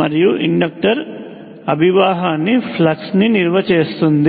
మరియు ఇండక్టర్ అభివాహాన్నిఫ్లక్స్ ని నిల్వ చేస్తుంది